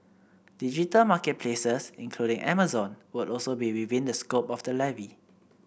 digital market places including Amazon would also be within the scope of the levy